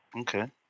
Okay